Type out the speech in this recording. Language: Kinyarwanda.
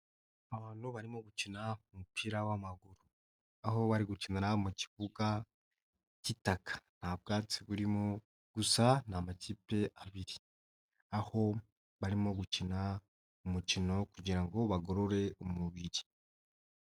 Abantu barimo gukina umupira w'amaguru. Aho bari gukinira mu kibuga cy'itaka. Nta bwatsi burimo. Gusa ni amakipe abiri. Aho barimo gukina umukino kugira ngo bagorore umubiri.